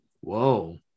Whoa